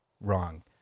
wrong